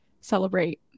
celebrate